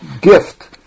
gift